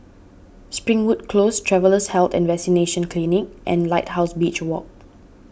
Springwood Close Travellers' Health and Vaccination Clinic and Lighthouse Beach Walk